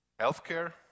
Healthcare